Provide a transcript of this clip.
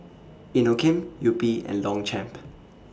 Inokim Yupi and Longchamp